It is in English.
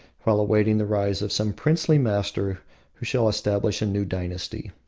while awaiting the rise of some princely master who shall establish a new dynasty.